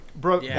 bro